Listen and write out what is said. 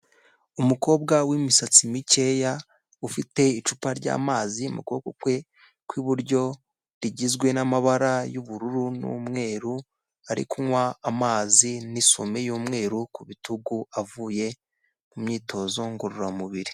Umukobwa wi'misatsi mikeya ufite icupa ry'amazi mu kuboko kwe kw'iburyo rigizwe n'amabara y'ubururu n'umweru, ari kunywa amazi n'isume y'umweru ku bitugu avuye mu myitozo ngororamubiri.